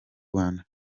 rwanda